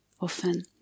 often